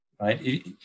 Right